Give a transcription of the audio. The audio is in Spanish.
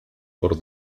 por